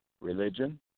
religion